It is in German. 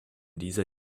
dieser